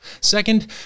Second